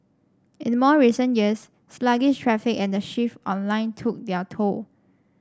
in more recent years sluggish traffic and the shift online took their toll